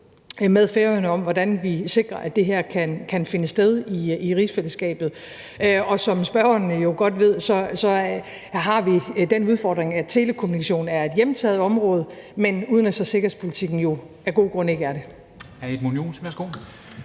med Færøerne om, hvordan vi sikrer, at det her kan finde sted i rigsfællesskabet, og som spørgeren jo godt ved, har vi den udfordring, at telekommunikationen er et hjemtaget område, men at udenrigs- og sikkerhedspolitikken af gode grunde ikke er det.